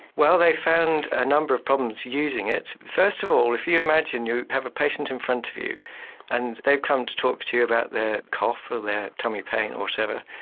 well, they found a number of problems using it. first of all, if you imagine you have a patient in front of you and they've come to talk to you about their cough or their tummy pain or whatever,